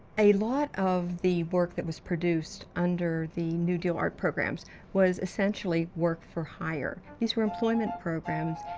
a lot of the work that was produced under the new deal art programs was, essentially, work for hire. these were employment programs,